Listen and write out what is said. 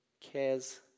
cares